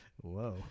Whoa